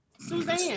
Suzanne